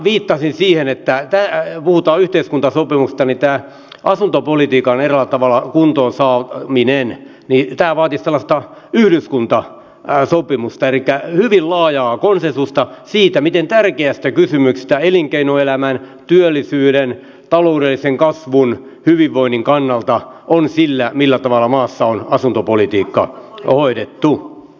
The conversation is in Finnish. viittaisin siihen että kun puhutaan yhteiskuntasopimuksesta niin tämä asuntopolitiikan eräällä tavalla kuin osaa mi nen piirtää kuntoonsaaminen vaatisi sellaista yhdyskuntasopimusta elikkä hyvin laajaa konsensusta siitä miten tärkeästä kysymyksestä elinkeinoelämän työllisyyden taloudellisen kasvun hyvinvoinnin kannalta on sillä millä tavalla maassa on asuntopolitiikka hoidettu